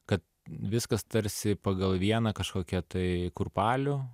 kad viskas tarsi pagal vieną kažkokią tai kurpalių